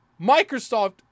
Microsoft